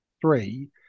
three